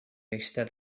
eistedd